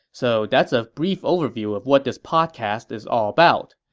so that's a brief overview of what this podcast is all about.